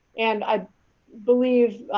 and i believe,